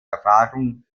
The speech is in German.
erfahrung